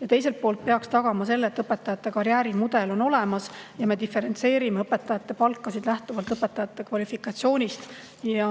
Ja teiselt poolt peaks see tagama selle, et õpetajate karjäärimudel on olemas ja me diferentseerime õpetajate palkasid lähtuvalt kvalifikatsioonist ja